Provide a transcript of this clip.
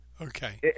Okay